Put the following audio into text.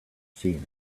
seen